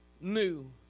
new